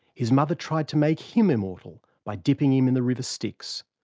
his mother tried to make him immortal by dipping him in the river styx.